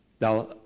now